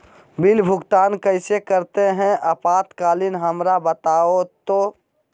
Bill भुगतान कैसे करते हैं आपातकालीन हमरा बताओ तो?